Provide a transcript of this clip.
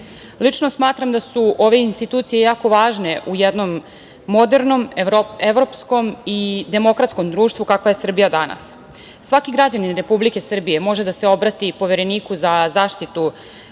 smatram da su ove institucije jako važne u jednom modernom evropskom i demokratskom društvu kakva je Srbija danas. Svaki građanin Republike Srbije može da se obrati Povereniku za zaštitu